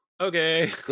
Okay